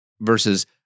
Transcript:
versus